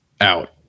out